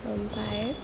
ओमफ्राय